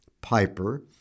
Piper